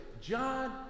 John